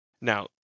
now